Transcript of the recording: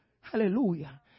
Hallelujah